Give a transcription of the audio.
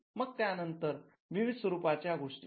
मग त्यानंतर विविध स्वरूपाच्या गोष्टी आल्या